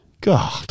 God